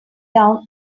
down